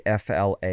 FLA